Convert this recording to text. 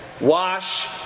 wash